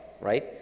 right